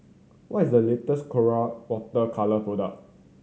what is the latest Colora Water Colour product